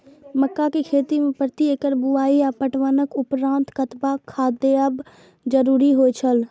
मक्का के खेती में प्रति एकड़ बुआई आ पटवनक उपरांत कतबाक खाद देयब जरुरी होय छल?